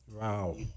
Wow